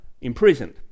imprisoned